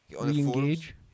Re-engage